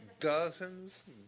Dozens